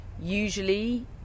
usually